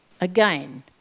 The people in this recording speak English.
Again